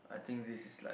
I think this is like